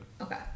okay